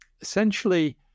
essentially